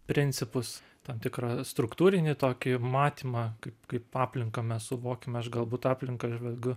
principus tam tikrą struktūrinį tokį matymą kaip aplinką mes suvokiame aš galbūt aplinką žvelgiu